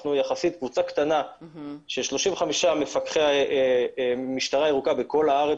אנחנו יחסית קבוצה קטנה של 35 מפקחי משטר הירוקה בכל הארץ